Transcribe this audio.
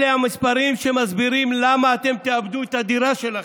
אלה המספרים שמסבירים למה אתם תאבדו את הדירה שלכם,